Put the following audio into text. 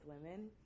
women